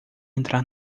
entrar